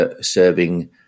serving